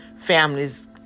families